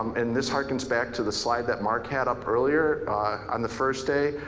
and this harkens back to the slide that mark had up earlier on the first day,